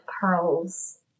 pearls